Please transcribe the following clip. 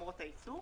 למרות האיסור.